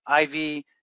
IV